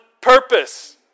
purpose